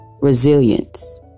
resilience